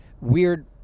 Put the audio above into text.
weird